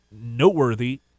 noteworthy